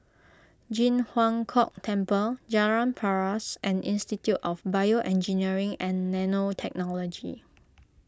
Ji Huang Kok Temple Jalan Paras and Institute of BioEngineering and Nanotechnology